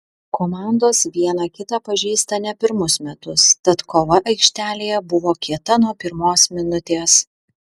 komandos viena kitą pažįsta ne pirmus metus tad kova aikštelėje buvo kieta nuo pirmos minutės